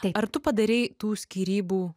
tai ar tu padarei tų skyrybų